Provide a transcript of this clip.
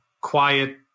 quiet